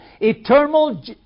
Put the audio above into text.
eternal